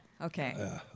Okay